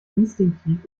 instinktiv